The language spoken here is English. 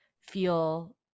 feel